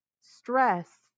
stress